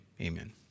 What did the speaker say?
Amen